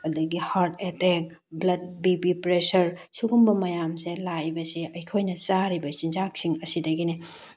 ꯑꯗꯒꯤ heart attack blood B P pressure ꯁꯤꯒꯨꯝꯕ ꯃꯌꯥꯝꯁꯦ ꯂꯥꯛꯏꯕꯁꯦ ꯑꯩꯈꯣꯏꯅ ꯆꯥꯔꯤꯕ ꯆꯤꯟꯖꯥꯛꯁꯤꯡ ꯑꯁꯤꯗꯒꯤꯅꯤ